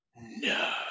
no